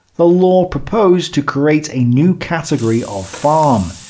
the law proposed to create a new category of farm,